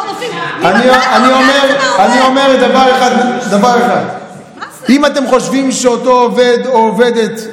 אני אומר דבר אחד: אם אתם חושבים שאותו עובד או עובדת,